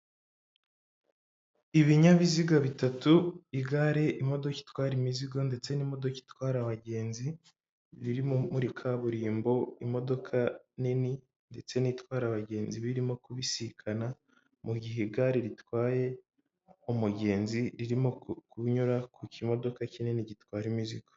Ibinyabiziga bitatu, igare, imodoka itwara imizigo ndetse n'imodoka itwara abagenzi biri muri kaburimbo, imodoka nini ndetse n'itwara abagenzi birimo kubisikana, mu gihe igare ritwaye umugenzi ririmo kunyura ku kimodoka kinini gitwara imizigo.